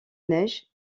neige